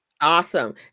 Awesome